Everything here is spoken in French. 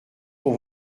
pour